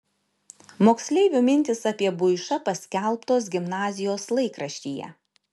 moksleivių mintys apie buišą paskelbtos gimnazijos laikraštyje